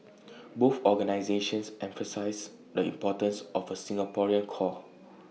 both organisations emphasise the importance of A Singaporean core